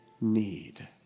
need